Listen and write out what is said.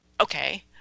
okay